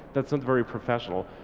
that's not very professional.